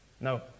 no